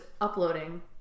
uploading